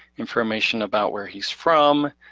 information about where he's from,